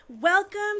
Welcome